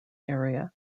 area